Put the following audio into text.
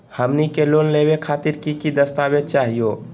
हमनी के लोन लेवे खातीर की की दस्तावेज चाहीयो?